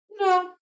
No